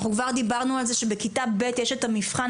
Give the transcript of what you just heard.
אנחנו כבר דיברנו על זה שבכיתה ב' יש את המבחן